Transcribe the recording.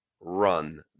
run